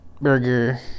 burger